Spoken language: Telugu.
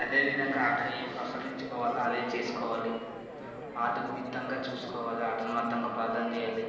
అదేవిధంగా ఆటని ఏం ప్రసాదించుకోవాలా అదే చేసుకోవాలి ఆట నిమిత్తంగా చూసుకోవాలి ఆటను మతంగా ప్రార్థన చేయాలి